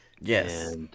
Yes